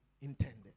intended